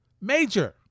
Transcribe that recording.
major